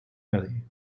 valley